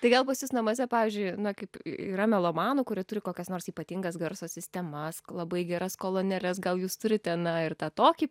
tai gal pas jus namuose pavyzdžiui na kaip yra melomanų kurie turi kokias nors ypatingas garso sistemas labai geras kolonėles gal jūs turite na ir tą tokį